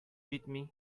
җитми